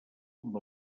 amb